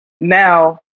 now